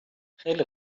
خیله